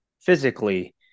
physically